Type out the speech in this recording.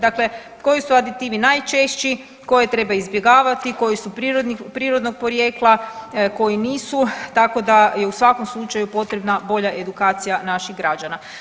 Dakle, koji su aditivi najčešći, koje treba izbjegavati, koji su prirodnog porijekla, koji nisu, tako da je u svakom slučaju potrebna bolja edukacija naših građana.